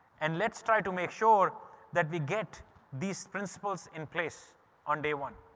and let's try to make sure that we get these principles in place on day one.